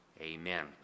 Amen